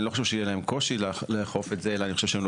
אני לא חושב שיהיה להם קושי לאכוף את זה אלא חושב שלא